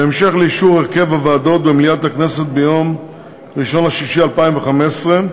בהמשך לאישור הרכב הוועדות במליאת הכנסת ביום 1 ביוני 2015,